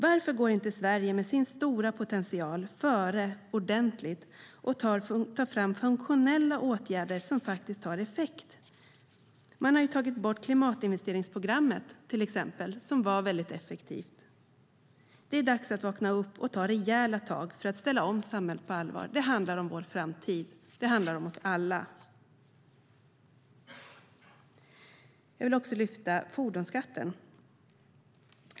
Varför går inte Sverige med sin stora potential före ordentligt och tar fram funktionella åtgärder som faktiskt har effekt? Man har till exempel tagit bort klimatinvesteringsprogrammet, som var mycket effektivt. Det är dags att vakna upp och ta rejäla tag för att ställa om samhället på allvar. Det handlar om vår framtid. Det handlar om oss alla. Jag vill också lyfta fram fordonsskatten.